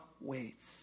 waits